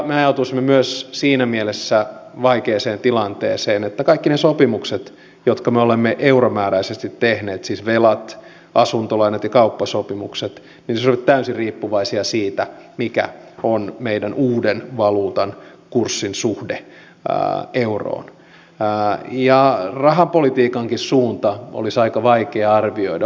me ajautuisimme myös siinä mielessä vaikeaan tilanteeseen että kaikki ne sopimukset jotka me olemme euromääräisesti tehneet siis velat asuntolainat ja kauppasopimukset olisivat täysin riippuvaisia siitä mikä on meidän uuden valuuttamme kurssin suhde euroon ja rahapolitiikankin suunta olisi aika vaikea arvioida